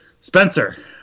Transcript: Spencer